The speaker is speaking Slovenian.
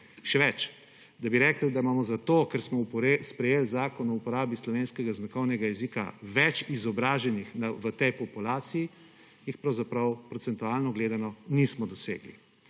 Še več, da bi rekli, da imamo zato, ker smo sprejeli Zakon o uporabi slovenskega znakovnega jezika, več izobraženih v tej populaciji, jih pravzaprav, procentualno gledano, nismo dosegli.